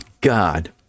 God